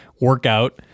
workout